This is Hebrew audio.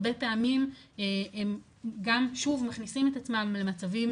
הרבה פעמים הם גם שוב מכניסים את עצמם למצבים